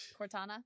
Cortana